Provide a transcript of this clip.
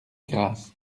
grasse